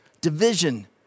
division